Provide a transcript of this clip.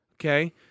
okay